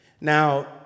Now